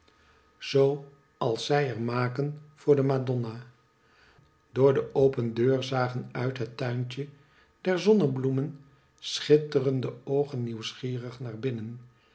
zoo als zij er maken voor de madonna door de open deur zagen uit het tuintje der zonbloemen schitterende oogen nieuwsgierig naar binnen